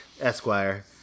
Esquire